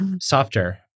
softer